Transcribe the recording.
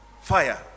fire